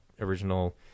original